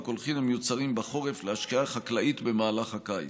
הקולחים המיוצרים בחורף להשקיה חקלאית במהלך הקיץ.